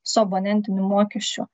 su abonentiniu mokesčiu